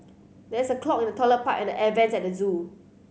there is a clog in the toilet pipe and the air vents at the zoo